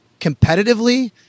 competitively